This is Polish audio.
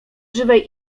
żywej